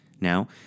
Now